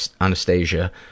Anastasia